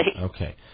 Okay